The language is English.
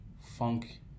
funk